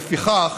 לפיכך,